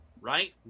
right